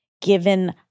given